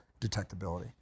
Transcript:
detectability